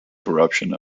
corruption